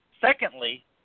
Secondly